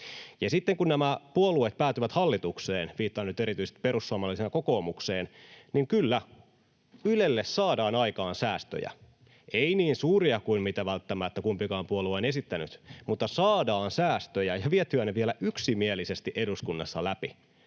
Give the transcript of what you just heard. sitten kun nämä puolueet päätyvät hallitukseen — viittaan nyt erityisesti perussuomalaisiin ja kokoomukseen — niin kyllä, Ylelle saadaan aikaan säästöjä. Ei niin suuria kuin mitä välttämättä kumpikaan puolue on esittänyt, mutta saadaan säästöjä, ja vietyä ne vielä yksimielisesti eduskunnassa läpi.